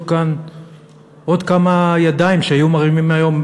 כאן עוד כמה ידיים שהיו מרימים היום,